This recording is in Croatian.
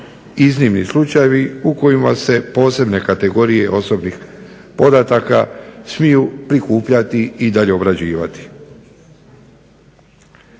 iznimni slučajevi u kojima se posebne kategorije osobnih podataka smiju prikupljati i dalje obrađivati.